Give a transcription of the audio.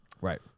Right